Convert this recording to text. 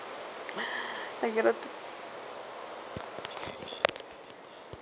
I cannot